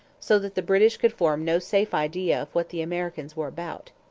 so that the british could form no safe idea of what the americans were about.